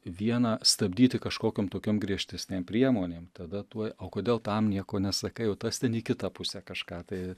vieną stabdyti kažkokiom tokiom griežtesnėm priemonėm tada tuoj o kodėl tam nieko nesakai o tas ten į kitą pusę kažką tai